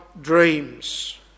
dreams